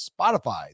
Spotify